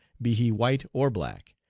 be he white or black,